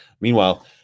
Meanwhile